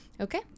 Okay